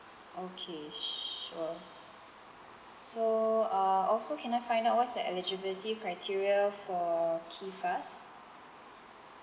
okay sure so uh also can I find out what's the eligibility criteria for KIFAS